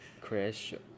creation